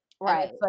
Right